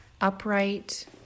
upright